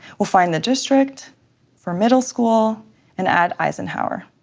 we'll find the district for middle school and add eisenhower.